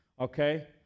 Okay